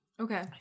Okay